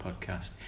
podcast